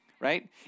Right